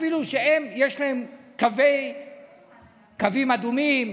אפילו שיש להם קווים אדומים,